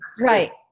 Right